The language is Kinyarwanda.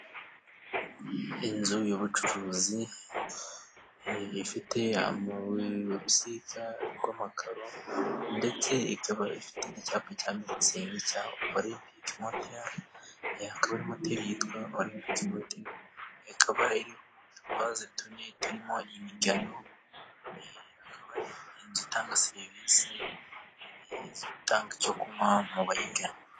Inzu y'ubucuruzi ifite urusika rw'amakaro ndetse ikaba ifite n'icyapa cya mitsingi cya Orempike moteri, iyi akaba ari moteri yitwa Orempic moteri, ikaba iriho utuvaze tubiri turimo imigano, akaba ari inzu itanga serivisi zo gutanga icyo kunywa mu bayigana.